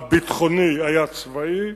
הביטחוני, היה צבאי,